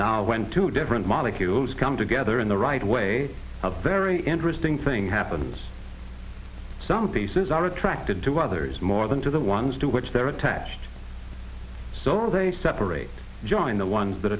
now when two different molecules come together in the right way a very interesting thing happens some pieces are attracted to others more than to the ones to which they are attached so they separate join the ones that